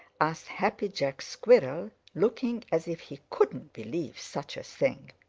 asked happy jack squirrel, looking as if he couldn't believe such a thing.